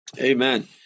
Amen